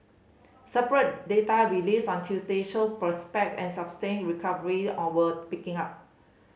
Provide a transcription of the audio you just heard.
separate data released on Tuesday showed prospect and sustained recovery all were picking up